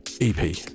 EP